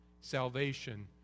salvation